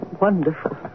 Wonderful